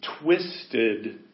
Twisted